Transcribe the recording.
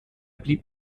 blieb